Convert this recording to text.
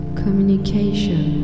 communication